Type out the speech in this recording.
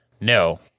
no